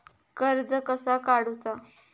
कर्ज कसा काडूचा?